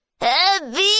Heavy